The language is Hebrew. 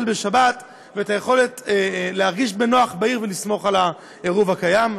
בשבת ואת היכולת להרגיש בנוח בעיר ולסמוך על העירוב הקיים.